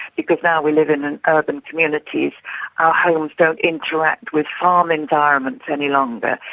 because now we live in and urban communities our homes don't interact with farm environments any longer.